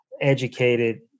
educated